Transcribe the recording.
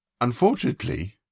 unfortunately